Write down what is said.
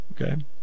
Okay